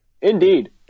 Indeed